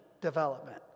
development